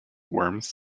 worms